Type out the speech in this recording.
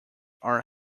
are